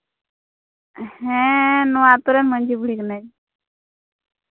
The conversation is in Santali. ᱦᱮᱸ ᱱᱚᱣᱟ ᱟᱹᱛᱩ ᱨᱮᱱ ᱢᱟᱹᱡᱷᱤ ᱵᱩᱲᱦᱤ ᱠᱟᱹᱱᱟᱹᱧ